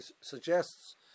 suggests